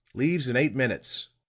leaves in eight minutes.